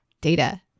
Data